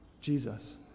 Jesus